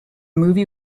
move